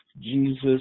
Jesus